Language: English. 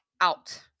out